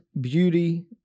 beauty